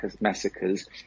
massacres